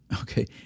Okay